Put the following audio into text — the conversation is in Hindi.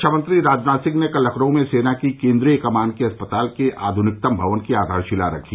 रक्षा मंत्री राजनाथ सिंह ने कल लखनऊ में सेना की केन्द्रीय कमान के अस्पताल के आधुनिकतम भवन की आधारशिला रखी